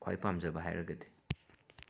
ꯈ꯭ꯋꯥꯏ ꯄꯥꯝꯖꯕ ꯍꯥꯏꯔꯒꯗꯤ